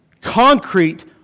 concrete